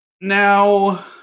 Now